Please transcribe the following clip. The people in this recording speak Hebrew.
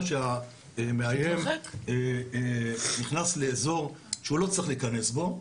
שהמאיים נכנס לאזור שהוא לא צריך להיכנס אליו.